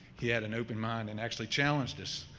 he had an open mind and actually challenged us,